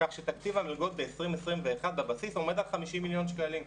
כך שתקציב המלגות ב-2021 בבסיס עומד על 50 מיליון שקלים.